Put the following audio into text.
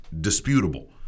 disputable